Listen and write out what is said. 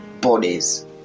bodies